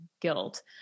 guilt